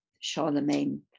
Charlemagne